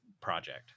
project